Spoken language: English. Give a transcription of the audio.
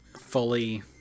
fully